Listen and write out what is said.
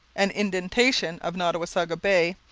an indentation of nottawasaga bay,